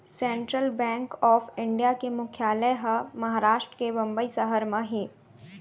central bank of India के मुख्यालय ह महारास्ट के बंबई सहर म हे